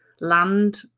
Land